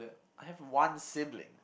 I have one sibling